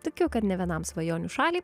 tikiu kad nė vienam svajonių šalį